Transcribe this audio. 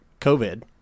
COVID